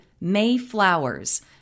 MAYFLOWERS